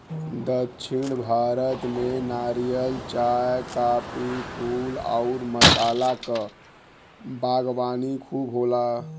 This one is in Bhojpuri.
दक्षिण भारत में नारियल, चाय, काफी, फूल आउर मसाला क बागवानी खूब होला